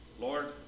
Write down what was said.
Lord